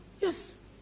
Yes